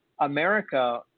America